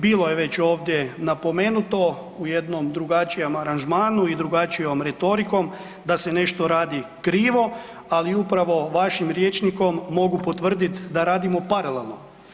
Bilo je već ovdje napomenuto u jednom drugačijem aranžmanu i drugačijom retorikom da se nešto radi krivo, ali upravo vašim rječnikom mogu potvrditi da radimo paralelno.